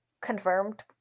confirmed